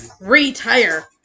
Retire